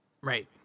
Right